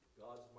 God's